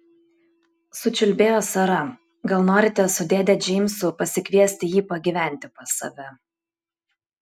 sučiulbėjo sara gal norite su dėde džeimsu pasikviesti jį pagyventi pas save